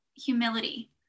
Humility